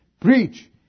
preach